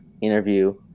interview